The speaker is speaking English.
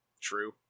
True